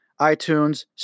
iTunes